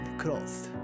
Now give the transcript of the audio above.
closed